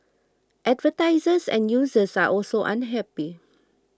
advertisers and users are also unhappy